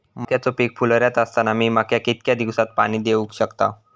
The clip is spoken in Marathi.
मक्याचो पीक फुलोऱ्यात असताना मी मक्याक कितक्या दिवसात पाणी देऊक शकताव?